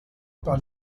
par